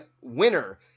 winner